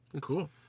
Cool